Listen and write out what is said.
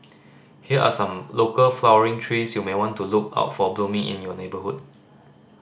here are some local flowering trees you may want to look out for blooming in your neighbourhood